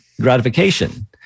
gratification